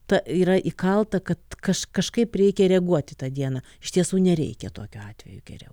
ta yra įkalta kad kaž kažkaip reikia reaguot į tą dieną iš tiesų nereikia tokiu atveju geriau